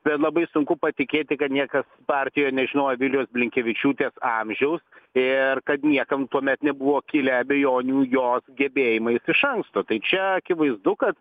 bet labai sunku patikėti kad niekas partijoj nežinojo vilijos blinkevičiūtės amžiaus ir kad niekam tuomet nebuvo kilę abejonių jos gebėjimais iš anksto tai čia akivaizdu kad